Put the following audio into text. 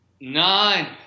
nine